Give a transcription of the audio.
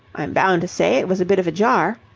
i'm bound to say it was a bit of a jar.